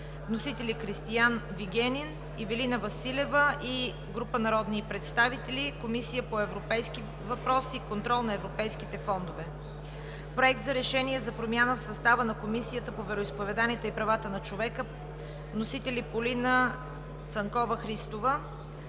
Вносители – Кристиан Вигенин, Ивелина Василева и група народни представители, Комисията по европейските въпроси и контрол на европейските фондове; - Проект за решение за промяна в състава на Комисията по вероизповеданията и правата на човека. Вносител е Полина Цанкова-Христова;